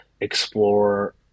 explore